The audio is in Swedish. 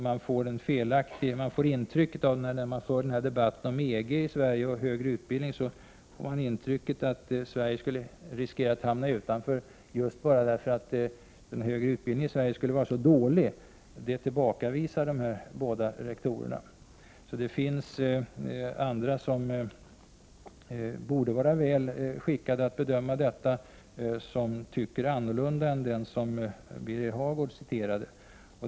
Man får, när debatten om EG och högre utbildning förs i Sverige, intrycket att Sverige skulle riskera att hamna utanför, därför att den högre utbildningen i Sverige skulle vara så dålig. Det tillbakavisar både den avgående och den tillträdande rektorn vid Uppsala universitet. Det finns alltså personer som borde vara väl skickade att bedöma detta, som tycker annorlunda än den person Birger Hagård citerade.